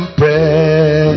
pray